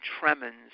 tremens